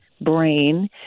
brain